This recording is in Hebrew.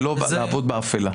ולא לעבוד באפלה.